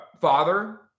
father